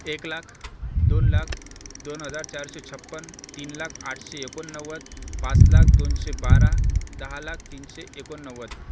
एक लाख दोन लाख दोन हजार चारशे छप्पन तीन लाख आठशे एकोणनव्वद पाच लाख दोनशे बारा दहा लाख तीनशे एकोणनव्वद